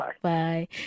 Bye